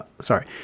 sorry